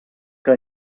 que